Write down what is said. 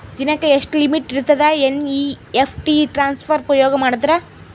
ದಿನಕ್ಕ ಎಷ್ಟ ಲಿಮಿಟ್ ಇರತದ ಎನ್.ಇ.ಎಫ್.ಟಿ ಟ್ರಾನ್ಸಫರ್ ಉಪಯೋಗ ಮಾಡಿದರ?